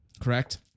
Correct